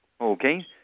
Okay